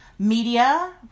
Media